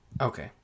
okay